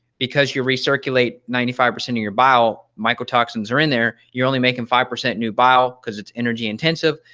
because you re-circulate ninety five percent of your bile, mycotoxins are in there, you're only making five percent new bile cause it's energy intensive.